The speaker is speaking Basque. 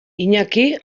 iñaki